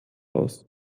aus